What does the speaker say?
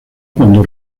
cuando